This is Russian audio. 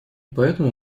поэтому